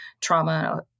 trauma